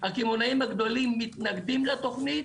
הקמעונאים הגדולים מתנגדים לתוכנית,